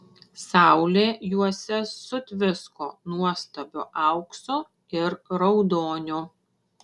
saulė juose sutvisko nuostabiu auksu ir raudoniu